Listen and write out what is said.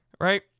Right